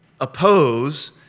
oppose